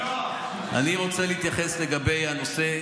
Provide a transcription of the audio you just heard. אני רוצה להתייחס לנושא,